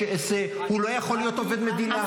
הוא לא יכול להיות עובד מדינה,